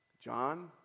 John